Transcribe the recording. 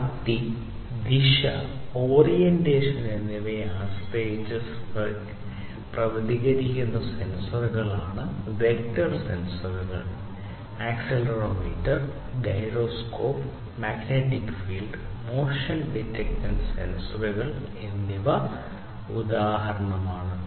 വ്യാപ്തി ദിശ ഓറിയന്റേഷൻ എന്നിവയെ ആശ്രയിച്ച് പ്രതികരിക്കുന്ന സെൻസറുകളാണ് വെക്റ്റർ സെൻസറുകൾ എന്നിവ ഉദാഹരണങ്ങളാണ്